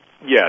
Yes